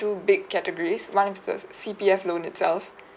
two big categories one is the C_P_F loan itself